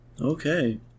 Okay